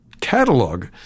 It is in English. catalog